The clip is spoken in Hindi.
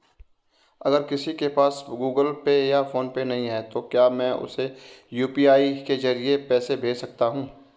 अगर किसी के पास गूगल पे या फोनपे नहीं है तो क्या मैं उसे यू.पी.आई के ज़रिए पैसे भेज सकता हूं?